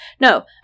No